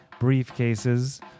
Briefcases